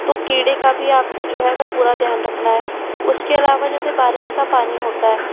तो कीड़े का भी आपको जो है वह पूरा ध्यान रखना हैं उसके अलावा जैसे बारिश का पानी होता है